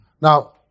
Now